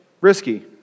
Risky